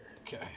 Okay